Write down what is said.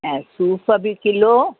ऐं सूफ़ बि किलो